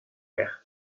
l’air